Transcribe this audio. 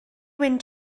wyn